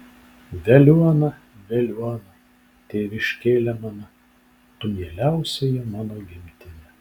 veliuona veliuona tėviškėle mana tu mieliausioji mano gimtine